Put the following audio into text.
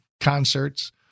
concerts